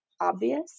obvious